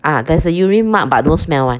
ah there's a urine mark but no smell [one]